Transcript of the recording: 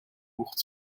wucht